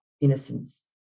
innocence